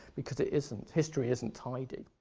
because it isn't. history isn't tidy.